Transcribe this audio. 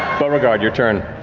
beauregard, your turn.